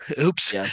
Oops